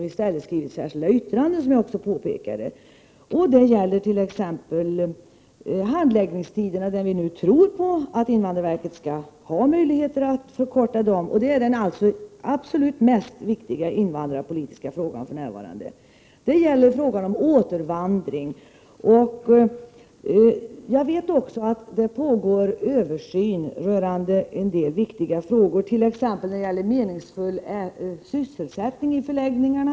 I stället har man skrivit särskilda yttranden, som jag nyss påpekade. Det gäller t.ex. frågan om handläggningstiderna. Vi tror nu på att invandrarverket skall ha möjlighet att förkorta dem, och det är den absolut viktigaste frågan inom invandrarpolitiken för närvarande. En annan fråga är den om återvandring, och jag vet också att det pågår en översyn i en del viktiga frågor, t.ex. när det gäller meningsfull sysselsättning i förläggningarna.